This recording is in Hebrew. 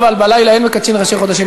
אבל בלילה אין מקדשין ראשי חודשים.